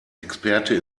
experte